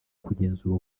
kugenzura